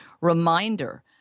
reminder